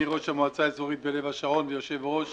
אני ראש המועצה האזורית לב השרון ויושב-ראש